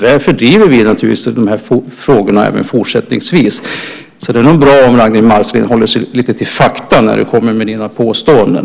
Därför driver vi naturligtvis de här frågorna även fortsättningsvis. Så det är nog bra om Ragnwi Marcelind håller sig lite till fakta när hon kommer med sina påståenden.